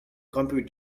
compute